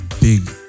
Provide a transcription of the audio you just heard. big